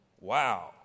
Wow